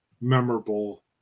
memorable